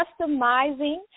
customizing